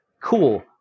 cool